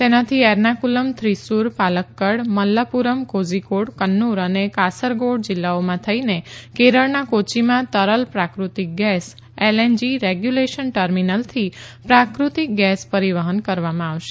તેનાથી એરનાકુલમ થ્રીસુર પાલકકડ મલ્લાપુરમ કોઝીકોડ કન્નૂર અને કાસરગૌડ જીલ્લાઓમાં થઇને કેરળના કોચ્યીમાં તરલ પ્રાદૃતિક ગેસ એલએનજી રેગ્યુલેશન ટર્મીનલથી પ્રાકૃતિક ગેસ પરીવહન કરવામાં આવશે